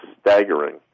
staggering